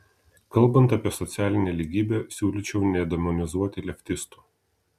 kalbant apie socialinę lygybę siūlyčiau nedemonizuoti leftistų